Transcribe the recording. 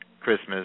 Christmas